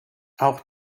auch